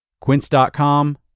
Quince.com